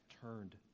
turned